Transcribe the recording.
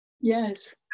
yes